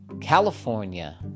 California